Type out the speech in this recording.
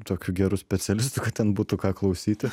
tokiu geru specialistu kad ten būtų ką klausyti